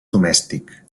domèstic